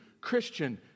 Christian